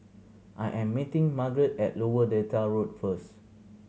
I am meeting Margeret at Lower Delta Road first